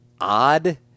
odd